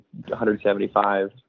175